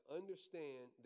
understand